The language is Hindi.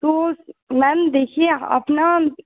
तो मैम देखिए आप ना